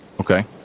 Okay